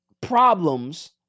problems